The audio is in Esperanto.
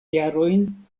jarojn